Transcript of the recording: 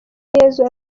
yezu